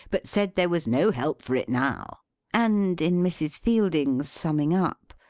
but said there was no help for it now and, in mrs. fielding's summing up,